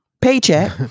paycheck